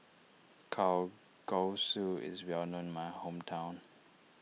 Kalguksu is well known in my hometown